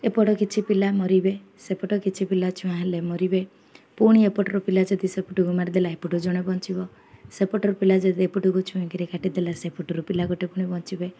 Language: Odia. ଏପଟ କିଛି ପିଲା ମରିବେ ସେପଟ କିଛି ପିଲା ଛୁଆଁ ହେଲେ ମରିବେ ପୁଣି ଏପଟର ପିଲା ଯଦି ସେପଟକୁ ମାରିଦେଲା ଏପଟୁ ଜଣେ ବଞ୍ଚିବ ସେପଟର ପିଲା ଯଦି ଏପଟକୁ ଛୁଇଁ କରି କାଟିଦେଲା ସେପଟରୁ ପିଲା ଗୋଟେ ପୁଣି ବଞ୍ଚିବେ